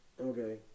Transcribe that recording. okay